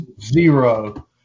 Zero